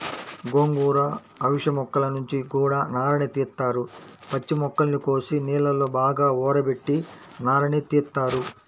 గోంగూర, అవిశ మొక్కల నుంచి గూడా నారని తీత్తారు, పచ్చి మొక్కల్ని కోసి నీళ్ళలో బాగా ఊరబెట్టి నారని తీత్తారు